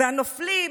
והנופלים,